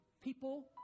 people